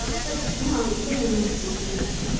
but now it really must be good-night.